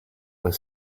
were